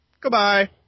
Goodbye